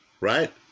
Right